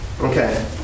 Okay